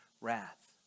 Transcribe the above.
wrath